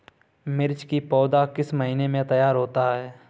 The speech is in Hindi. मिर्च की पौधा किस महीने में तैयार होता है?